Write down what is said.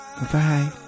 Bye